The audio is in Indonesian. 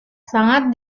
sangat